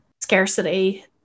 scarcity